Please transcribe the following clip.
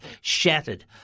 shattered